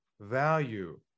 value